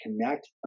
connect